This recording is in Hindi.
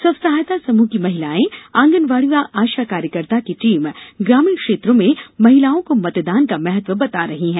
स्वसहायता समूह की महिलाएं आंगनवाड़ी व आशा कार्यकर्ता की टीम ग्रामीण क्षेत्रों में महिलाओं को मतदान का महत्व बता रही हैं